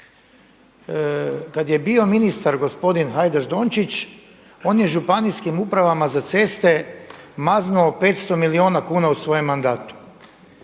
Kada je bio ministar gospodin Hajdaš Dončić on je Županijskim upravama za ceste maznuo 500 milijuna kuna u svojem mandatu.